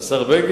זה השר בגין.